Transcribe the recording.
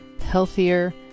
healthier